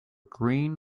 green